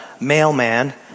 mailman